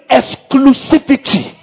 exclusivity